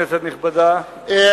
כנסת נכבדה,